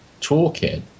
toolkit